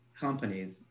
companies